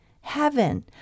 heaven